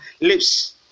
lips